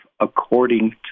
according